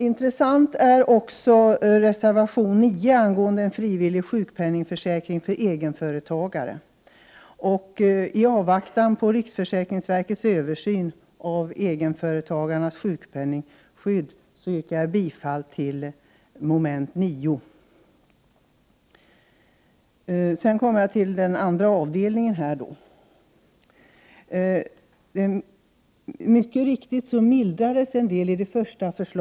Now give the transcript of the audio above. Intressant är också reservation 6, angående en frivillig sjukförsäkring för egenföretagare. I avvaktan på riksförsäkringsverkets översyn av egenföretagarnas sjukpenningsskydd yrkar jag bifall till den reservationen vid mom. 9. Sedan kommer jag till den andra avdelningen, om nedsättning i särskilda fall av avgiften för pensionärer vid sjukhusvård.